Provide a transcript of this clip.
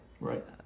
right